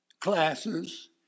classes